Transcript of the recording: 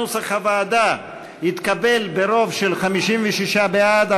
סעיף 1 כנוסח הוועדה התקבל ברוב של 56 בעד,